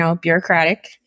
bureaucratic